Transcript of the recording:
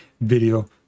video